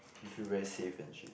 you feel very safe and shit